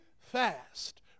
fast